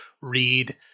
read